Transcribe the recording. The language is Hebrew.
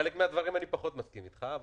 בחלק מן הדברים אני פחות מסכים איתך.